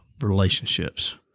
relationships